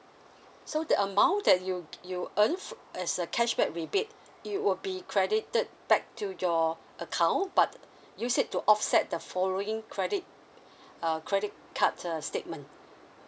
so the amount that you you earn fr~ as a cashback rebate it will be credited back to your account but use it to offset the following credit uh credit cards uh statement